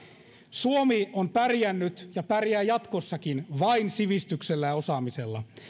suomi on pärjännyt ja pärjää jatkossakin vain sivistyksellä ja osaamisella